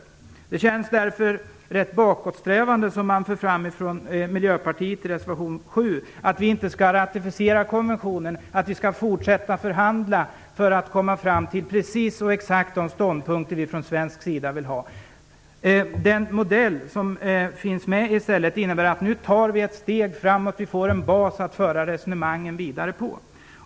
vilket känns rätt bakåtsträvande - att vi inte skall ratificera konventionen utan att vi skall fortsätta att förhandla för att komma fram till exakt de ståndpunkter som vi från svensk sida vill ha. Den modell som finns med innebär i stället att vi nu tar ett steg framåt och att vi får en bas att föra resonemangen vidare på.